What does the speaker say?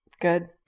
Good